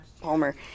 Palmer